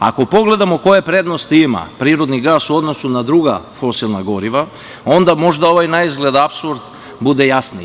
Ako pogledamo koje prednosti ima prirodni gas u odnosu na druga fosilna goriva, onda možda ovaj na izgled apsurd bude jasniji.